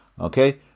Okay